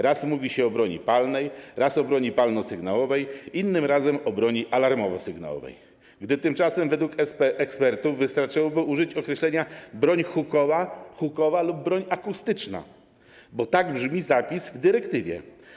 Raz mówi się o broni palnej, raz o broni palno-sygnałowej, innym razem o broni alarmowo-sygnałowej, gdy tymczasem według ekspertów wystarczyłoby użyć określenia broń hukowa lub broń akustyczna, bo tak brzmi zapis w dyrektywie.